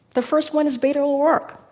the first one is beta o'roark.